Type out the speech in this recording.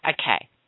okay